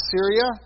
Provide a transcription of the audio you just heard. Syria